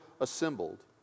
assembled